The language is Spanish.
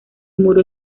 muro